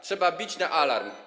Trzeba bić na alarm.